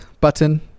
Button